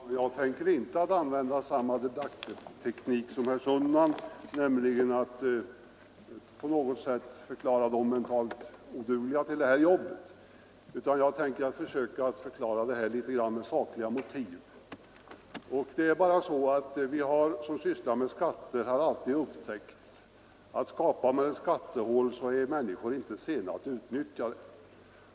Herr talman! Jag tänker inte använda samma debatteknik som herr Sundman, som på något sätt försöker förklara andra mentalt odugliga att klara jobbet. Jag tänker i stället försöka förklara det hela med sakliga motiv. Vi som sysslar med skatter har upptäckt, att skapar man ett skattehål är människor inte sena att utnyttja detta.